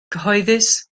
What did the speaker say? cyhoeddus